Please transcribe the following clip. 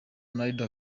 ronaldo